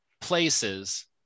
places